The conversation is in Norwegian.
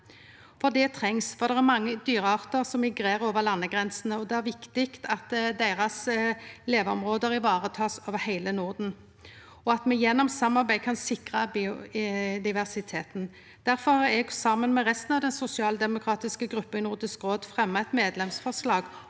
Det trengst, for det er mange dyreartar som migrerer over landegrensene, og det er viktig at deira leveområde blir varetekne over heile Norden, og at me gjennom samarbeid kan sikre biodiversiteten. Difor har eg, saman med resten av den sosialdemokratiske gruppa i Nordisk råd, fremja eit medlemsforslag